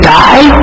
die